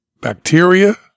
bacteria